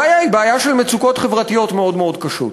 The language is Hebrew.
הבעיה היא בעיה של מצוקות חברתיות מאוד קשות.